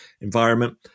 environment